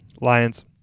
lions